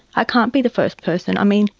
i can't be the first person. i mean,